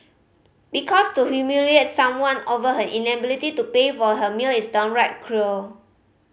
because to humiliate someone over her inability to pay for her meal is downright cruel